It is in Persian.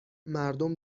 مردم